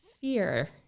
fear